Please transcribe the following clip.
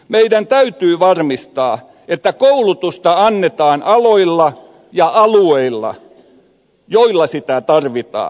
meidän täytyy varmistaa että koulutusta annetaan aloilla ja alueilla joilla sitä tarvitaan